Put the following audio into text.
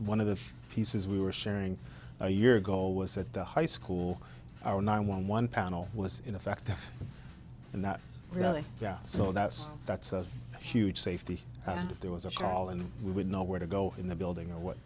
one of the pieces we were sharing a year ago was at the high school our nine one one panel was in effect in that really so that's that's a huge safety and if there was a call and we would know where to go in the building or what